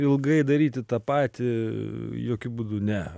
ilgai daryti tą patį jokiu būdu ne